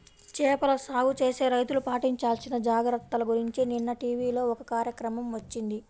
చేపల సాగు చేసే రైతులు పాటించాల్సిన జాగర్తల గురించి నిన్న టీవీలో ఒక కార్యక్రమం వచ్చింది